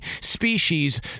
species